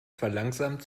verlangsamt